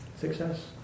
Success